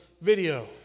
video